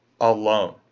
alone